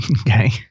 Okay